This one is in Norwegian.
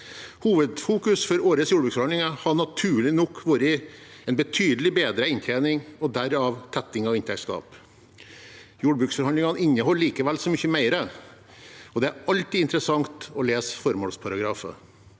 Hovedfokus for årets jordbruksforhandlinger har naturlig nok vært betydelig bedre inntjening og derav tetting av inntektsgap. Jordbruksforhandlingene inneholder likevel så mye mer, og det er alltid interessant å lese formålsparagrafer.